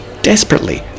Desperately